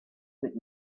would